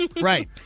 Right